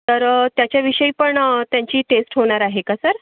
तर त्याच्याविषयी पण त्यांची टेस्ट होणार आहे का सर